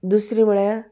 दुसरीं म्हळ्यार